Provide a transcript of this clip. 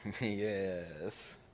Yes